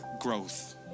growth